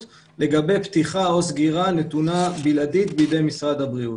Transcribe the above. לפתיחה או סגירה בידי משרד הבריאות.